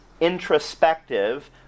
introspective